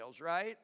right